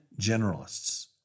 generalists